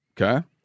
Okay